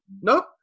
Nope